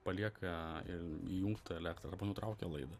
palieka įjungtą elektrą arba nutraukia laidą